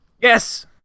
Yes